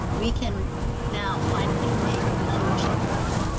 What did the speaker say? we can now finally make a huge difference?